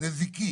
נזיקי